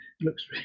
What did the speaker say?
looks